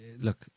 Look